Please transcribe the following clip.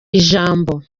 ijambo